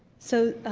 so